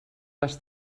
les